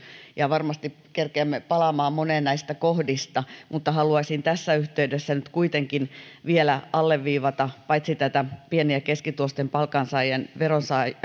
ja varmasti kerkeämme palaamaan moneen näistä kohdista mutta haluaisin tässä yhteydessä nyt kuitenkin vielä alleviivata paitsi pieni ja keskituloisten palkansaajien ja